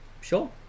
Sure